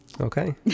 Okay